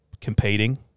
competing